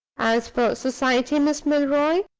as society, miss milroy,